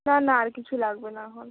না না আর কিছু লাগবে না এখন